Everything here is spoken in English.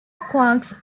quarks